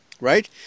Right